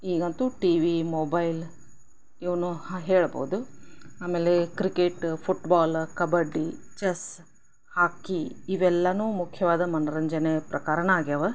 ಈಗಂತು TV mobile ಇವನ್ನು ಹಾಂ ಹೇಳ್ಬೌದು ಆಮೇಲೆ cricket football kabaddi chess hockey ಇವೆಲ್ಲವೂ ಮುಖ್ಯವಾದ ಮನರಂಜನೆಯ ಪ್ರಕಾರವೇ ಆಗಿವೆ